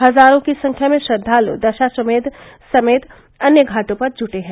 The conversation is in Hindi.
हजारों की संख्या में श्रद्वालु दशाश्वमेध समेत अन्य घाटों पर जुटे हैं